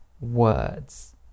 words